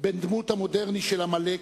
בן דמותו המודרני של עמלק,